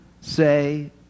say